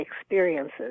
experiences